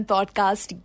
Podcast